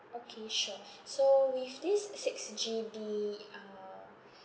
okay sure so with this six G_B uh